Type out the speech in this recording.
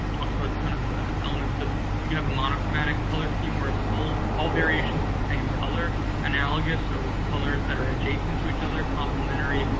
it talks about kind of the elements of you can have a monochromatic color scheme, where it's all all variations of the same color analogous, so colors that are adjacent to each other complementary,